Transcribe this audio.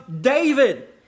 David